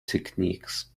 techniques